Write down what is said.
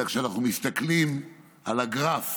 אלא כשאנחנו מסתכלים על הגרף